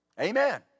amen